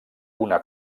una